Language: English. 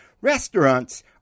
Restaurants